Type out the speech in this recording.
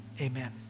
amen